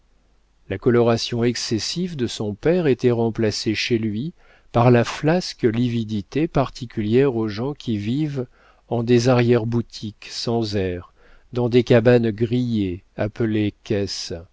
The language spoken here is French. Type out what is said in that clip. la coloration excessive de son père était remplacée chez lui par la flasque lividité particulière aux gens qui vivent en des arrière-boutiques sans air dans des cabanes grillées appelées